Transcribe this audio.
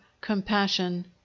compassion